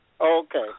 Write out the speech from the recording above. Okay